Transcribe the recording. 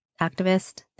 activist